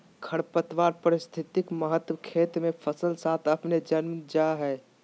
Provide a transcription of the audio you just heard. खरपतवार पारिस्थितिक महत्व खेत मे फसल साथ अपने जन्म जा हइ